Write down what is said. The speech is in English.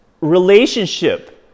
relationship